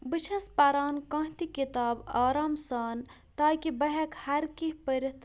بہٕ چھس پَران کانٛہہ تہِ کِتاب آرام سان تاکہِ بہٕ ہٮ۪کہٕ ہَرکینٛہہ پٔرِتھ